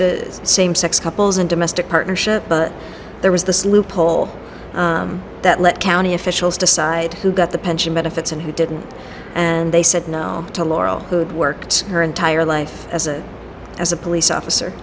to same sex couples and domestic partnership but there was this loophole that let county officials decide who got the pension benefits and who didn't and they said no to laurel who had worked her entire life as a as a police officer